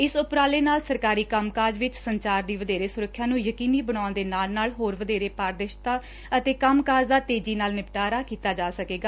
ਇਸ ਉਪਰਾਲੇ ਨਾਲ ਸਰਕਾਰੀ ਕੰਮਕਾਜ ਵਿਚ ਸੰਚਾਰ ਦੀ ਵਧੇਰੇ ਸੁਰੱਖਿਆ ਨੂੰ ਯਕੀਨੀ ਬਣਾਉਣ ਦੇ ਨਾਲ ਨਾਲ ਹੋਰ ਵਧੇਰੇ ਪਾਰਦਰਸ਼ਿਤਾ ਅਤੇ ਕੰਮਕਾਜ ਦਾ ਤੇਜ਼ੀ ਨਾਲ ਨਿਪਟਾਰਾ ਕੀਤਾ ਜਾ ਸਕੇਗਾ